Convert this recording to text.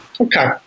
Okay